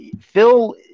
Phil